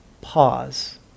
pause